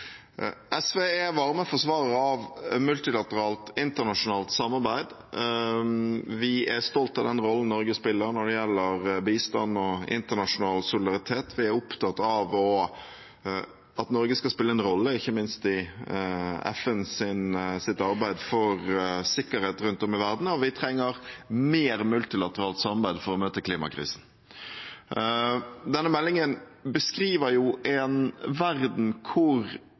SV er varme forsvarere av multilateralt internasjonalt samarbeid. Vi er stolt av den rollen Norge spiller når det gjelder bistand og internasjonal solidaritet. Vi er opptatt av at Norge skal spille en rolle, ikke minst i FNs arbeid for sikkerhet rundt om i verden, og vi trenger mer multilateralt samarbeid for å møte klimakrisen. Denne meldingen beskriver en verden